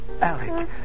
Alec